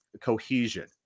cohesion